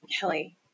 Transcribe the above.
Kelly